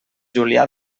julià